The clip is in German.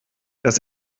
das